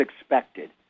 expected